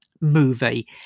movie